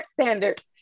standards